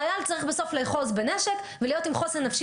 חייל צריך בסוף לאחוז בנפש ולהיות עם חוסן נפשי